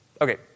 Okay